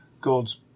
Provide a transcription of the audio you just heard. God's